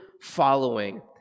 following